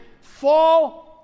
fall